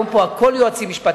הכול פה היום זה יועצים משפטיים,